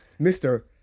mr